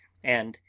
and,